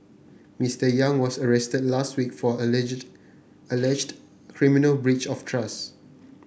Mister Yang was arrested last week for alleged alleged criminal breach of trust